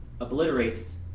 obliterates